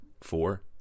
four